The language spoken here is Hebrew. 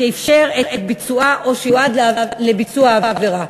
שאפשר את ביצועה או שיועד לביצוע העבירה.